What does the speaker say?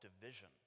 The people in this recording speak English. division